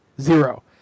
zero